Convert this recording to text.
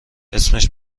اسمش